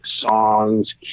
songs